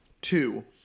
Two